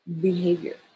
behavior